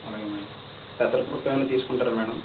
అలాగే మ్యాడమ్ పెసరపప్పు ఏమన్నా తీసుకుంటారా మ్యాడమ్